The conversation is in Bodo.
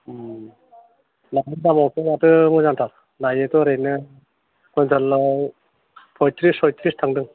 माथो मोजांथार दायोथ' ओरैनो कुइन्टेलाव पयत्रिस सल्लिस थांदों